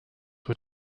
were